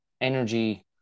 energy